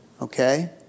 okay